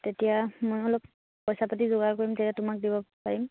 তেতিয়া মই অলপ পইচা পাতি যোগাৰ কৰিম তেতিয়া তোমাক দিব পাৰিম